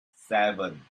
seven